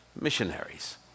missionaries